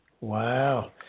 Wow